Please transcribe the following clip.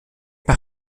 par